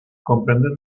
comprender